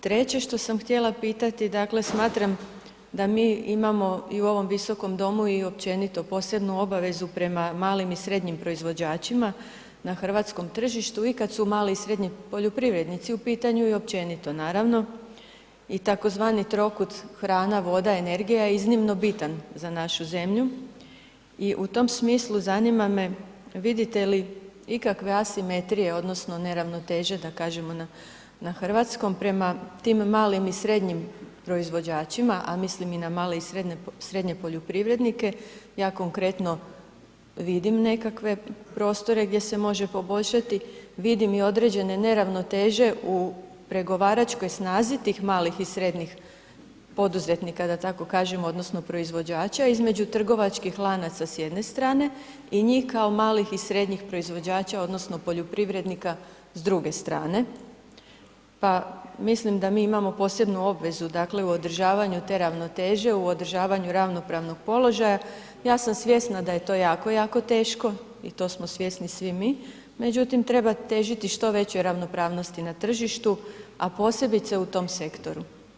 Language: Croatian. Treće što sam htjela pitati, dakle smatram da mi imamo i u ovom visokom domu i općenito posebnu obavezu prema malim i srednjim proizvođačima na hrvatskom tržištu, uvijek kad su mali i srednji poljoprivrednici u pitanju i općenito naravno i tzv. trokut hrana, voda i energija je iznimno bitan za našu zemlju i u tom smislu zanima me vidite li ikakve asimetrije odnosno neravnoteže da kažemo na, na hrvatskom, prema tim malim i srednjim proizvođačima, a mislim i na male i srednje poljoprivrednike, ja konkretno vidim nekakve prostore gdje se može poboljšati, vidim i određene neravnoteže u pregovaračkoj snazi tih malih i srednjih poduzetnika da tako kažem odnosno proizvođača između trgovačkih lanaca s jedne strane i njih kao malih i srednjih proizvođača odnosno poljoprivrednika s druge strane, pa mislim da mi imamo posebnu obvezu, dakle u održavanju te ravnoteže, u održavanju ravnopravnog položaja, ja sam svjesna da je to jako, jako teško i to smo svjesni svi mi, međutim treba težiti što većoj ravnopravnosti na tržištu, a posebice u tom sektoru.